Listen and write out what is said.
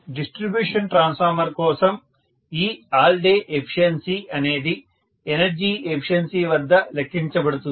distribution transformer కోసం ఈ all day efficiency అనేది ఎనర్జీ ఎఫిషియన్సీ వద్ద లెక్కించబడుతుంది